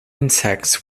insects